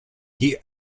die